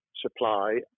supply